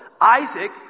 Isaac